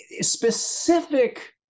Specific